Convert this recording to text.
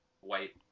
white